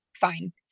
fine